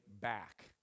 back